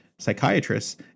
psychiatrists